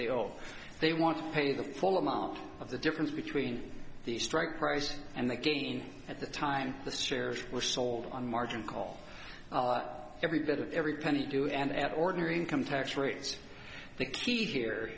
they all they want to pay the full amount of the difference between the strike price and the gain at the time the shares were sold on margin call every bit of every penny due and at ordinary income tax rates the key here